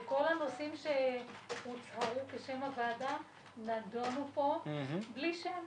כל הנושאים שהוצהרו כשם הוועדה נדונו פה בלי שם.